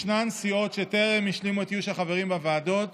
ישנן סיעות שטרם השלימו את איוש החברים בוועדות,